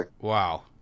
Wow